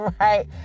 right